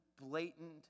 blatant